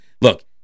look